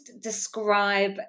describe